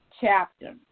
chapter